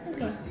Okay